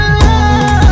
love